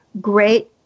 great